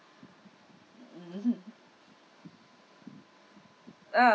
mmhmm uh